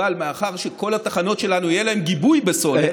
אבל מאחר שלכל התחנות שלנו יהיה גיבוי בסולר,